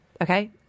Okay